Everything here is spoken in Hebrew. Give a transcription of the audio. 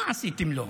מה עשיתם לו?